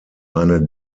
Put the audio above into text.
eine